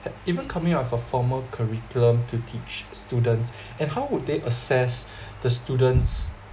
even coming out with a formal curriculum to teach students and how would they assess the students